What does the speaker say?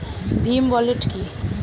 Bhim wallet কি?